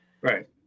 right